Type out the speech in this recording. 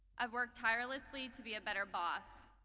i've worked tirelessly to be a better boss.